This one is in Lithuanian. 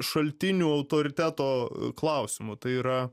šaltinių autoriteto klausimu tai yra